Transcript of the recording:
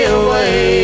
away